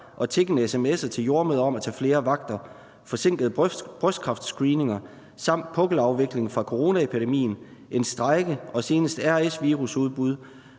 og tiggende sms’er til jordemødre om at tage flere vagter, forsinkede brystkræftscreeninger samt pukkelafviklingen fra coronapandemien, en strejke og senest RS-virusudbrud,